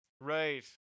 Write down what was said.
Right